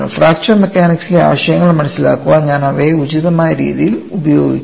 fracture മെക്കാനിക്സിലെ ആശയങ്ങൾ മനസിലാക്കാൻ ഞാൻ അവ ഉചിതമായ രീതിയിൽ ഉപയോഗിക്കും